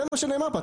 זה מה שנאמר פה,